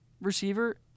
receiver